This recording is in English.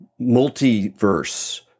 multiverse